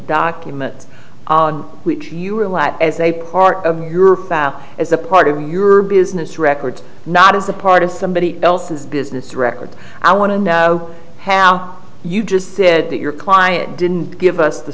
documents which you were last as a part of your file as a part of your business records not as a part of somebody else's business record i want to know how you just said that your client didn't give us the